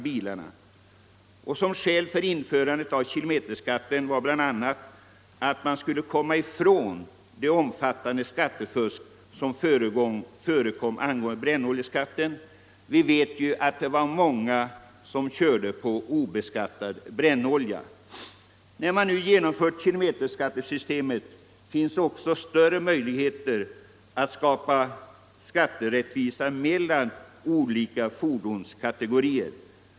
Ett skäl för införande av kilometerskatten var att man skulle slippa det omfattande skattefusk som förekom i fråga om brännoljeskatten. Vi vet ju att många körde på obeskattad brännolja. När man nu har genomfört kilometerskattesystemet finns också större möjligheter att skapa skatterättvisa mellan olika fordonskategorier.